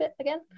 again